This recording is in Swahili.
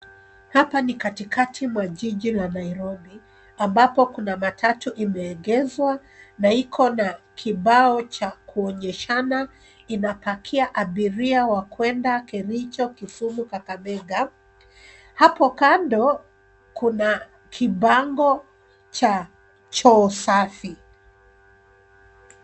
Hapa ni katikati mwa jiji la Nairobi ambapo kuna matatu imeegeshwa na iko na kibao cha kuonyeshana inapakia abiria wa kuenda Kericho, Kisumu, Kakamega. Hapo kando kuna kibango cha choo safi.